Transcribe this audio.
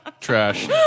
trash